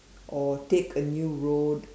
or take a new road